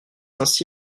ainsi